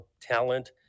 talent